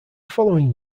following